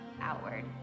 outward